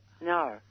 No